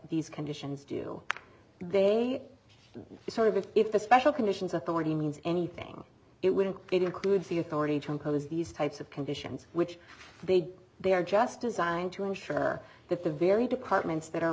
these conditions do they are sort of if the special conditions authority means anything it wouldn't it includes the authority to impose these types of conditions which they do they are just designed to ensure that the very departments that are